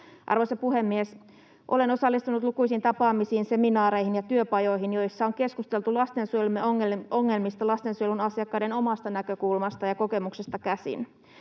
Arvoisa puhemies! Olen osallistunut lukuisiin tapaamisiin, seminaareihin ja työpajoihin, joissa on keskusteltu lastensuojelun ongelmista lastensuojelun asiakkaiden omasta näkökulmasta ja kokemuksesta käsin.